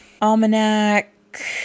Almanac